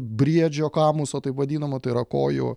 briedžio kamuso taip vadinamo tai yra kojų